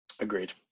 Agreed